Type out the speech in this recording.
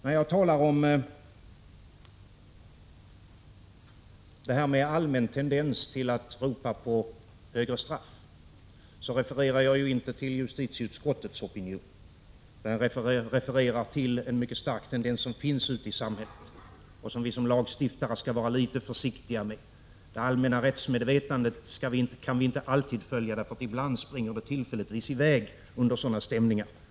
När jag talar om detta med en allmän tendens att ropa på högre straff refererar jag inte till justitieutskottets opinion, utan till den mycket starka tendens som finns ute i samhället och som vi som lagstiftare skall vara litet försiktiga med. Vi kan inte alltid följa det allmänna rättsmedvetandet, eftersom det ibland tillfälligtvis springer i väg under intryck av sådana stämningar.